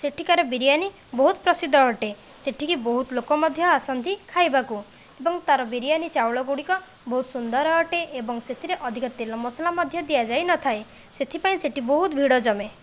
ସେଠିକାର ବିରିୟାନୀ ବହୁତ ପ୍ରସିଦ୍ଧ ଅଟେ ସେଠିକି ବହୁତ ଲୋକ ମଧ୍ୟ ଆସନ୍ତି ଖାଇବାକୁ ଏବଂ ତା ର ବିରିୟାନୀ ଚାଉଳ ଗୁଡ଼ିକ ବହୁତ ସୁନ୍ଦର ଅଟେ ଏବଂ ସେଥିରେ ଅଧିକ ତେଲ ମସଲା ମଧ୍ୟ ଦିଆଯାଇ ନଥାଏ ସେଥିପାଇଁ ସେଇଠି ବହୁତ ଭିଡ଼ ଜମେ